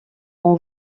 ont